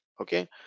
okay